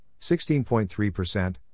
16.3%